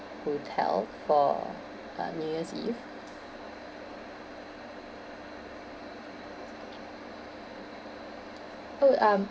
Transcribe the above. hotel for uh new year's eve oh I'm